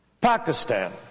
Pakistan